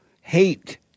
hate